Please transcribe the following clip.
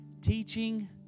teaching